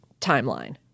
timeline